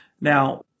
Now